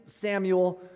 Samuel